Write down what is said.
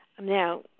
now